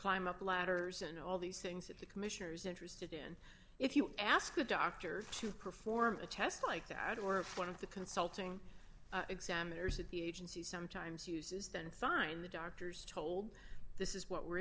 climb up ladders and all these things that the commissioners interested in if you ask a doctor to perform a test like to add or if one of the consulting examiners at the agency sometimes uses than sign the doctors told this is what we're